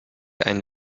ein